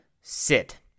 sit